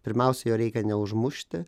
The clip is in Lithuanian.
pirmiausia jo reikia neužmušti